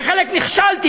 בחלק נכשלתי,